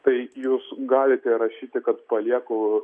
tai jūs galite rašyti kad palieku